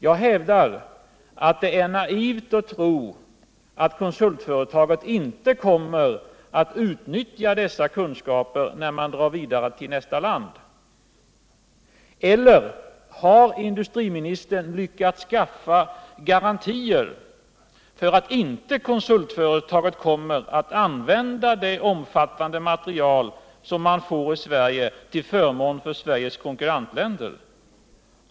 Jag hävdar att det är naivt att tro att konsultföretaget inte kommer att utnyttja dessa kunskaper när man drar vidare till nästa land. Eller har industriministern lyckats skaffa garantier för att inte konsultföretaget kommer att använda det omfattande material man får i Sverige till förmån för Sveriges konkurrentländer?